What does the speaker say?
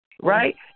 Right